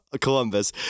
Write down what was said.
Columbus